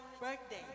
birthday